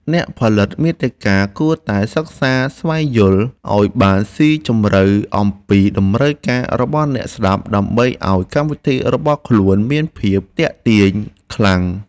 អ្នកផលិតមាតិកាគួរតែសិក្សាស្វែងយល់ឱ្យបានស៊ីជម្រៅអំពីតម្រូវការរបស់អ្នកស្តាប់ដើម្បីឱ្យកម្មវិធីរបស់ខ្លួនមានភាពទាក់ទាញខ្លាំង។